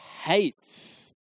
hates